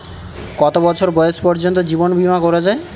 কত বছর বয়স পর্জন্ত জীবন বিমা করা য়ায়?